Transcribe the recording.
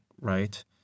right